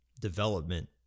development